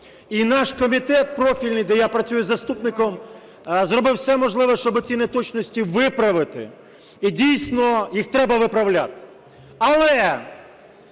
І наш комітет профільний, де я працюю заступником, зробив все можливе, щоб ці неточності виправити. І, дійсно, їх треба виправляти. Але